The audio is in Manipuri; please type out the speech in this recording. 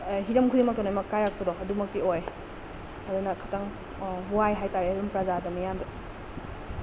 ꯍꯤꯔꯝ ꯈꯨꯗꯤꯡꯃꯛꯇ ꯂꯣꯏꯃꯛ ꯀꯥꯏꯔꯛꯄꯗꯣ ꯑꯗꯨꯃꯛꯇꯤ ꯑꯣꯏ ꯑꯗꯨꯅ ꯈꯇꯪ ꯋꯥꯏ ꯍꯥꯏꯇꯔꯦ ꯑꯗꯨꯝ ꯄ꯭ꯔꯖꯥꯗ ꯃꯤꯌꯥꯝꯗ